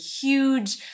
huge